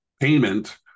payment